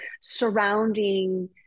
surrounding